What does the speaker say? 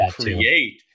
create